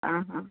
हाँ हाँ